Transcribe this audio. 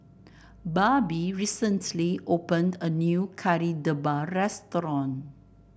Barbie recently opened a new Kari Debal restaurant